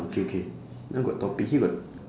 okay K now got topic here got